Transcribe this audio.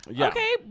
Okay